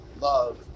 love